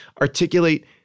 articulate